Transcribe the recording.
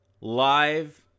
live